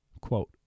Quote